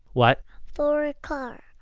what? for a car